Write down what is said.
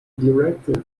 directed